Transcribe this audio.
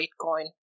Bitcoin